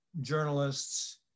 journalists